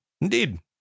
Indeed